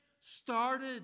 started